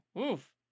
Oof